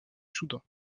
soudan